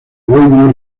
dueño